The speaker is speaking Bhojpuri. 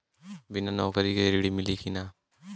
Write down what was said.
बिना नौकरी के ऋण मिली कि ना?